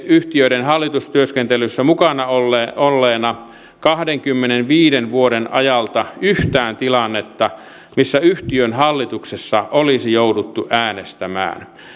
yhtiöiden hallitustyöskentelyssä mukana olleena olleena kahdenkymmenenviiden vuoden ajalta yhtään tilannetta missä yhtiön hallituksessa olisi jouduttu äänestämään